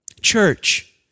Church